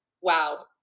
wow